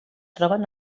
troben